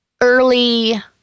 early